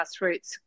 grassroots